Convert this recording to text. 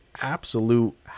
absolute